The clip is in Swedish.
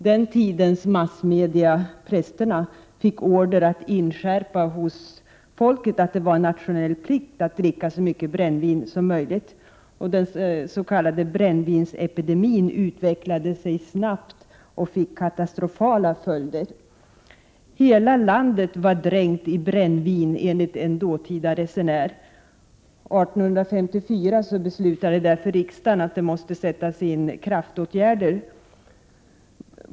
Den tidens massmedia, dvs. prästerna, fick order att inskärpa hos folket att det var en nationell plikt att dricka så mycket brännvin som möjligt. Den s.k. brännvinsepidemin utvecklade sig snabbt och fick katastrofala följder. ”Hela landet var dränkt i brännvin”, enligt en dåtida resenär. År 1854 beslöt därför riksdagen att kraftåtgärder måste vidtas.